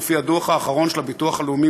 לפי הדוח האחרון של הביטוח הלאומי,